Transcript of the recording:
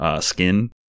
skin